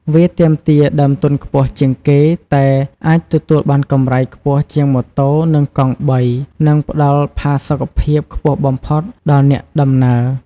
វាទាមទារដើមទុនខ្ពស់ជាងគេ តែអាចទទួលបានកម្រៃខ្ពស់ជាងម៉ូតូ និងកង់បី និងផ្តល់ផាសុកភាពខ្ពស់បំផុតដល់អ្នកដំណើរ។